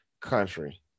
country